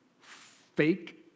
fake